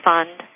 Fund